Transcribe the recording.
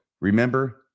remember